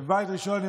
בית ראשון,